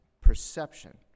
perception